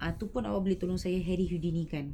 ah tu pun awak boleh tolong saya harry houdini kan